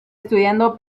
estudiando